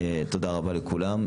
תודה רבה לכולם.